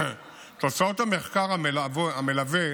תוצאות המחקר המלווה